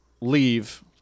Leave